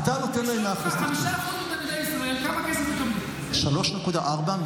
אתה נותן להם 100% תקצוב, לא אני, לא אני.